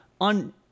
on